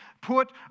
put